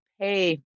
pay